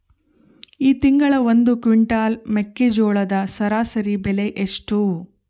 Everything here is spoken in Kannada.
ಈ ತಿಂಗಳ ಒಂದು ಕ್ವಿಂಟಾಲ್ ಮೆಕ್ಕೆಜೋಳದ ಸರಾಸರಿ ಬೆಲೆ ಎಷ್ಟು?